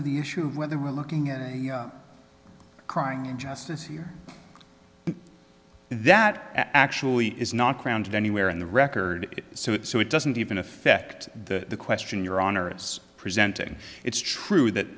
to the issue of whether we're looking at crying in justice here that actually is not grounded anywhere in the record so it so it doesn't even affect the question your honor it's presenting it's true that